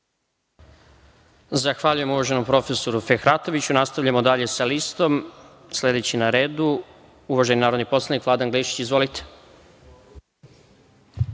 Zahvaljujem uvaženom profesoru Fehratoviću. Nastavljamo dalje sa listom. Sledeći na redu je uvaženi narodni poslanik Vladan Glišić. Izvolite.